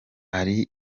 ari